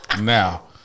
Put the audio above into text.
Now